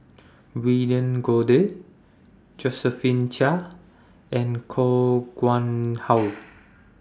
William Goode Josephine Chia and Koh Nguang How